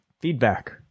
feedback